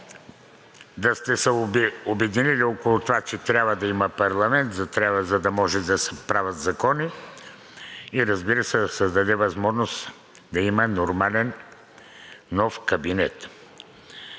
да сте се обединили около това, че трябва да има парламент, за да може да се правят закони и разбира се, да се даде възможност да има нормален нов кабинет.